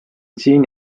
siin